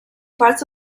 parts